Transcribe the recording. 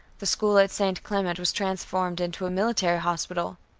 the school at st. clement was transformed into a military hospital.